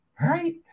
right